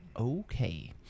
Okay